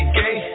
gay